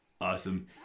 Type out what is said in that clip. Awesome